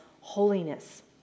holiness